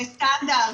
זה סטנדרט.